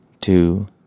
two